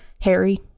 Harry